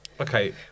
Okay